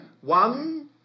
One